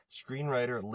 screenwriter